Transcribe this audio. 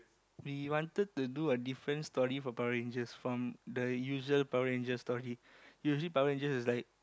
we wanted to do a different story for Power-Rangers from the usual Power-Rangers story usually Power-Rangers is like